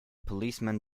policeman